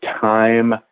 time